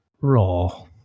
raw